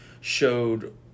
showed